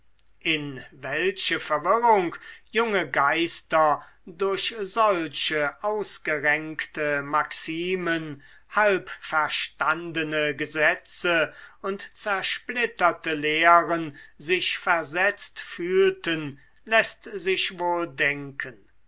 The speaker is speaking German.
in welche verwirrung junge geister durch solche ausgerenkte maximen halb verstandene gesetze und zersplitterte lehren sich versetzt fühlten läßt sich wohl denken